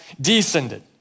descended